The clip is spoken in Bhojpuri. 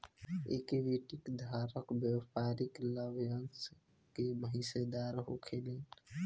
इक्विटी धारक व्यापारिक लाभांश के हिस्सेदार होखेलेन